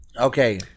okay